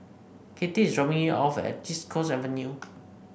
Katie is dropping me off at East Coast Avenue